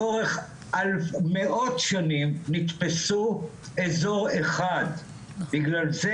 לאורך מאות שנים נתפסו אזור אחד בגלל זה